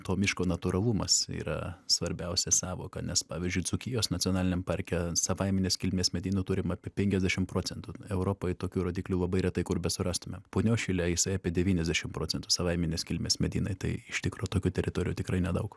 to miško natūralumas yra svarbiausia sąvoka nes pavyzdžiui dzūkijos nacionaliniam parke savaiminės kilmės medynų turim apie penkiasdešim procentų europoj tokių rodiklių labai retai kur besurastume punios šile jisai apie devyniasdešim procentų savaiminės kilmės medynai tai iš tikro tokių teritorijų tikrai nedaug